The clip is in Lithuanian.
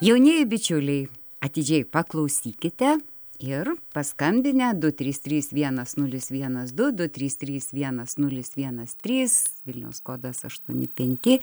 jaunieji bičiuliai atidžiai paklausykite ir paskambinę du trys trys vienas nulis vienas du du trys trys vienas nulis vienas trys vilniaus kodas aštuoni penki